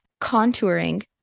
contouring